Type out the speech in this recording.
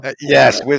yes